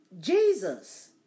Jesus